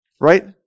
Right